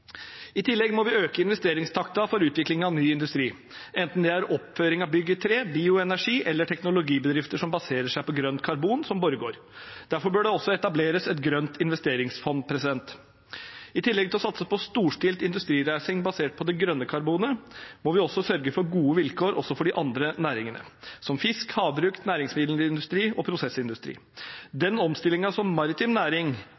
I tillegg må vi øke investeringstakten for utvikling av ny industri, enten det er oppføring av bygg i tre, bioenergi eller teknologibedrifter som baserer seg på grønt karbon, som Borregaard. Derfor bør det også etableres et grønt investeringsfond. I tillegg til å satse på storstilt industrireising basert på det grønne karbonet, må vi også sørge for gode vilkår også for de andre næringene, som fisk, havbruk, næringsmiddelindustri og prosessindustri. Den omstillingen som maritim næring